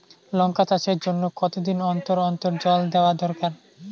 লঙ্কা চাষের জন্যে কতদিন অন্তর অন্তর জল দেওয়া দরকার?